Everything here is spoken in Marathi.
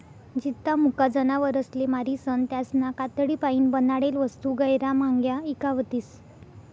जित्ता मुका जनावरसले मारीसन त्यासना कातडीपाईन बनाडेल वस्तू गैयरा म्हांग्या ईकावतीस